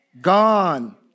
gone